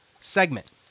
segment